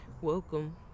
Welcome